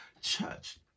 church